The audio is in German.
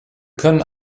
können